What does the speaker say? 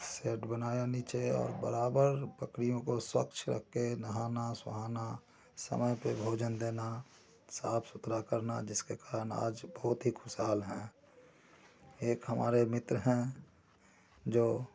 said बनाया नीचे और बराबर बकरियों को स्वच्छ रख के नहाना सोहाना समय पर भोजन देना साफ सुथरा करना जिसके कारण आज बहुत ही खुशहाल हैं एक हमारे मित्र हैं जो